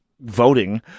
voting